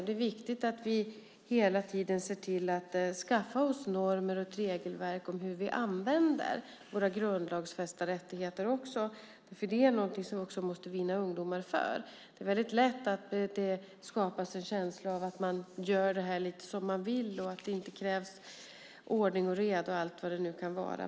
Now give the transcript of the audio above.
Det är viktigt att vi hela tiden ser till att skaffa oss normer och ett regelverk för hur vi använder våra grundlagsfästa rättigheter. Det är någonting som vi måste vinna ungdomar för. Det är väldigt lätt att det skapas en känsla av att man gör detta lite grann som man vill och att det inte krävs ordning och reda och allt vad det nu kan vara.